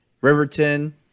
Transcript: riverton